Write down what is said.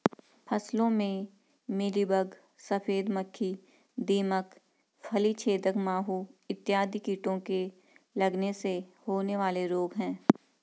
फसलों में मिलीबग, सफेद मक्खी, दीमक, फली छेदक माहू इत्यादि कीटों के लगने से होने वाले रोग हैं